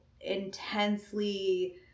intensely